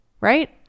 right